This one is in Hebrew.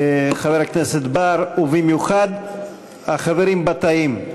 חבר הכנסת בר, ובמיוחד החברים בתאים.